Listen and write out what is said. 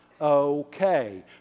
okay